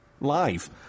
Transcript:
live